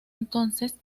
entonces